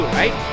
right